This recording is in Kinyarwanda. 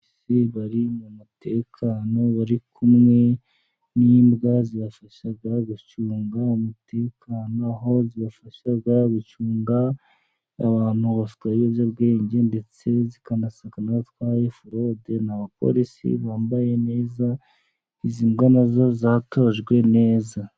Abantu bari mu mutekano, bari kumwe n'imbwa zabafashaga gucunga umutekano, aho zibafasha gucunga abantu batwara ibiyobyabwenge, ndetse zikanasaka n'abatwaye forode, ni abaporisi bambaye neza, izi mbwa nazo zatojwe neza.